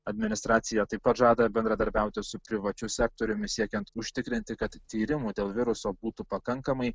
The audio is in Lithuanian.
administracija taip pat žada bendradarbiauti su privačiu sektoriumi siekiant užtikrinti kad tyrimų dėl viruso būtų pakankamai